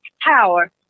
power